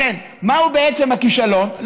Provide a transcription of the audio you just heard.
לכן, מהו בעצם הכישלון?